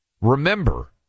Remember